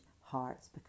hearts